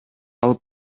алып